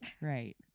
Right